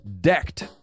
decked